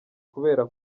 kubera